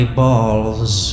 balls